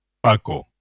Paco